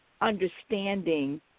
understanding